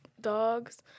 dogs